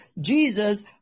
Jesus